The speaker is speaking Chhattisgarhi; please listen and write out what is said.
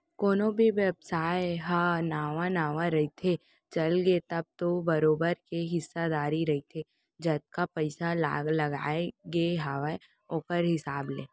कोनो भी बेवसाय ह नवा नवा रहिथे, चलगे तब तो बरोबर के हिस्सादारी रहिथे जतका पइसा लगाय गे हावय ओखर हिसाब ले